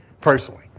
personally